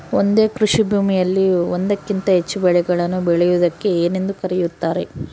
ಒಂದೇ ಕೃಷಿಭೂಮಿಯಲ್ಲಿ ಒಂದಕ್ಕಿಂತ ಹೆಚ್ಚು ಬೆಳೆಗಳನ್ನು ಬೆಳೆಯುವುದಕ್ಕೆ ಏನೆಂದು ಕರೆಯುತ್ತಾರೆ?